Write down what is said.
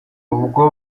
ubwo